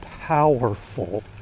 powerful